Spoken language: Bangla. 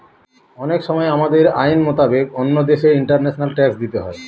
অনেক সময় আমাদের আইন মোতাবেক অন্য দেশে ইন্টারন্যাশনাল ট্যাক্স দিতে হয়